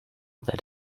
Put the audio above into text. that